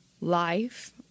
life